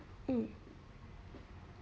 um